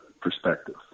perspective